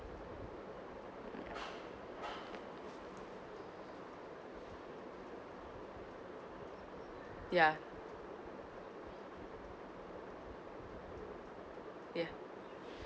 ya ya